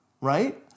right